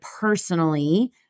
personally